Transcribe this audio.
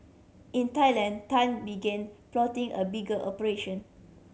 in Thailand Tan begin plotting a bigger operation